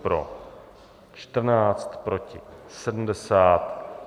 Pro 14, proti 70.